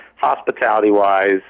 hospitality-wise